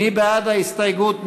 מי בעד ההסתייגות?